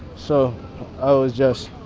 so i was just